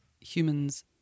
humans